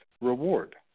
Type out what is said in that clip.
reward